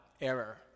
error